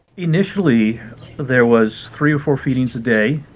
initially there was three or four feedings a day